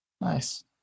Nice